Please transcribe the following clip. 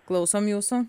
klausom jūsų